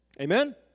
Amen